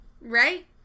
Right